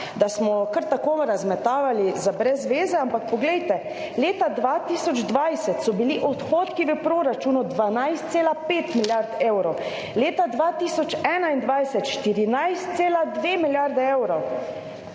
da smo kar tako razmetavali za brez zveze. Ampak poglejte. Leta 2020 so bili odhodki v proračunu 12,5 milijard evrov. Leta 2021 14,2 milijardi evrov.